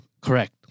Correct